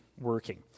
working